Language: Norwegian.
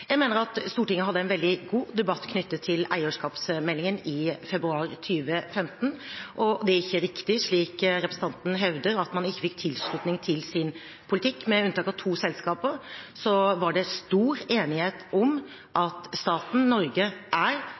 Jeg mener at Stortinget hadde en veldig god debatt knyttet til eierskapsmeldingen i februar 2015, og det er ikke riktig, slik representanten hevder, at man ikke fikk tilslutning til sin politikk. Med unntak av to selskaper var det stor enighet om at staten Norge er